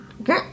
Okay